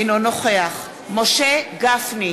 אינו נוכח משה גפני,